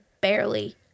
barely